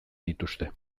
dituzte